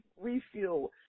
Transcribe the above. refuel